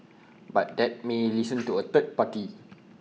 but they may listen to A third party